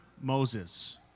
Moses